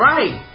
Right